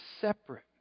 separate